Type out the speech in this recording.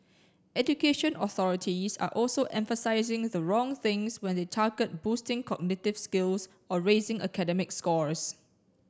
education authorities are also emphasising the wrong things when they target boosting cognitive skills or raising academic scores